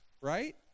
right